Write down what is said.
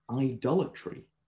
idolatry